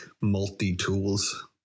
multi-tools